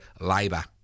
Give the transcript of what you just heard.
labour